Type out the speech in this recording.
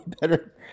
Better